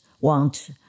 want